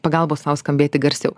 pagalbos sau skambėti garsiau